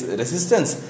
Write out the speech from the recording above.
resistance